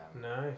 Nice